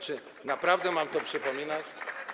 Czy naprawdę mam to przypominać?